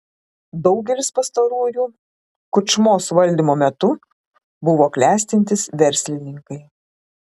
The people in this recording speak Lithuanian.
daugelis pastarųjų kučmos valdymo metu buvo klestintys verslininkai